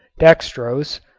dextrose,